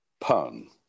pun